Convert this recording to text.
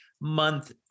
month